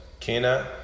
Kena